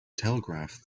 telegraph